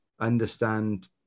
understand